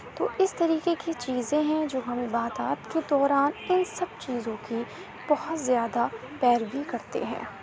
تو اس طریقے کی چیزیں ہیں جو ہم عبادات کے دوران ان سب چیزوں کی بہت زیادہ پیروی کرتے ہیں